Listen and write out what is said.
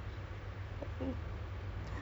it's not a problem for me